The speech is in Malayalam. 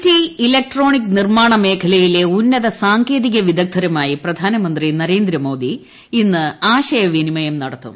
ടി ഇലക്ട്രോണിക് നിർമ്മാണ മേഖലയിലെ ഉന്നത സാങ്കേതിക വിദഗ്ധരുമായി പ്രധാനമന്ത്രി നരേന്ദ്രമോദി ഇന്ന് ആശയവിനിമയും നടത്തും